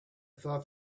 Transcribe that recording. thought